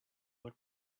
would